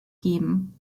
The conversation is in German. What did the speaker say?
geben